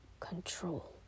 control